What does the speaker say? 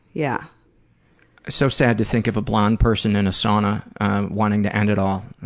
yeah so sad to think of a blonde person in a sauna wanting to end it all.